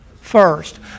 first